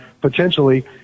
potentially